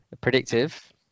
Predictive